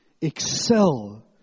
excel